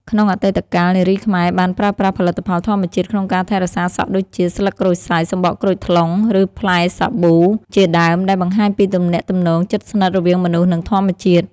ក្នុងអតីតកាល នារីខ្មែរបានប្រើប្រាស់ផលិតផលធម្មជាតិក្នុងការថែរក្សាសក់ដូចជា ស្លឹកក្រូចសើច សំបកក្រូចថ្លុង ឬផ្លែសាប៊ូ ជាដើម ដែលបង្ហាញពីទំនាក់ទំនងជិតស្និទ្ធរវាងមនុស្ស និងធម្មជាតិ។